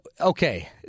okay